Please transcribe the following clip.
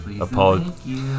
apologize